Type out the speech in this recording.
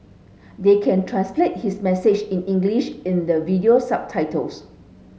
they can translate his message in English in the video subtitles